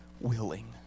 willing